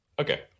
Okay